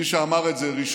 מי שאמר את זה ראשון